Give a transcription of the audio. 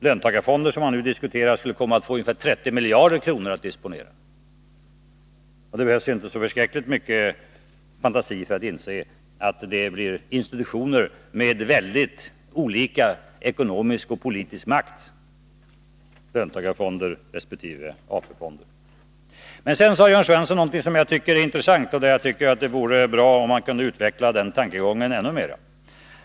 Löntagarfonderna, som vi nu diskuterar, skulle komma att ha ungefär 3 miljarder kronor att disponera. Det behövs inte så förskräckligt mycket fantasi för att inse att löntagarfonder resp. AP-fonder är institutioner med väldigt olika ekonomisk och politisk makt. Jörn Svensson sade någonting som jag tycker är intressant, och jag tycker att det vore bra om han kunde utveckla den ännu mera.